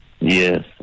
Yes